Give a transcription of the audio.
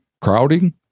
crowding